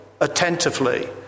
attentively